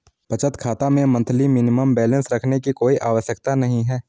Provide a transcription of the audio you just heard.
बचत खाता में मंथली मिनिमम बैलेंस रखने की कोई आवश्यकता नहीं है